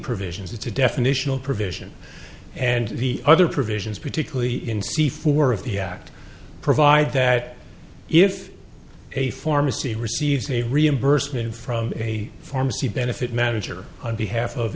provisions it's a definitional provision and the other provisions particularly in c four of the act provide that if a pharmacy receives a reimbursement from a pharmacy benefit manager on behalf of